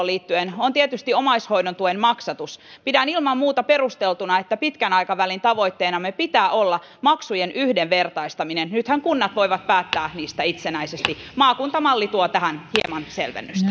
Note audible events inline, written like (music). (unintelligible) liittyen on tietysti omaishoidon tuen maksatus pidän ilman muuta perusteltuna että pitkän aikavälin tavoitteenamme pitää olla maksujen yhdenvertaistaminen nythän kunnat voivat päättää niistä itsenäisesti maakuntamalli tuo tähän hieman selvennystä (unintelligible)